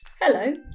Hello